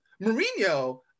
Mourinho